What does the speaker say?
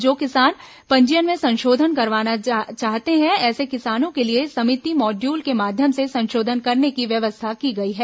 जो किसान पंजीयन में संशोधन करवाना चाहते हैं ऐसे किसानों के लिए समिति माड्यूल के माध्यम से संशोधन करने की व्यवस्था की गई है